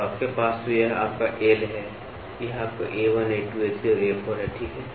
तो आपके पास तो यह आपका L है यह आपका A1 A2 A3 और A4 है ठीक है